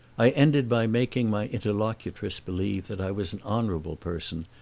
i ended by making my interlocutress believe that i was an honorable person,